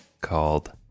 called